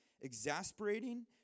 exasperating